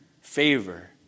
Favor